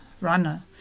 runner